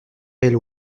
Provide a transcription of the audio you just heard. belle